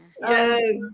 Yes